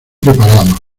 preparado